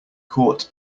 caught